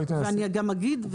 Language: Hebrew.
ואני גם אגיד,